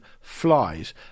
flies